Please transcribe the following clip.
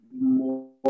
more